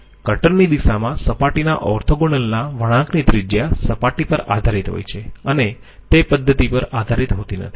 cutter ની દિશામાં સપાટીના ઓર્થોગોનલના વળાંકની ત્રિજ્યા સપાટી પર આધારીત હોય છે અને તે પદ્ધતિ પર આધારિત હોતી નથી